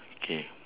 okay